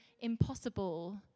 impossible